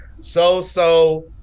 so-so